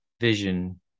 vision